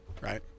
Right